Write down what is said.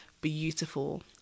beautiful